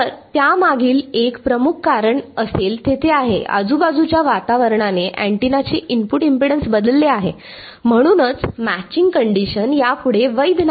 तर त्यामागील एक प्रमुख कारण असेल तेथे आहे आजूबाजूच्या वातावरणाने अँटिनाचे इनपुट इम्पेडन्स बदलले आहे म्हणूनच मॅचिंग कंडिशन यापुढे वैध नाही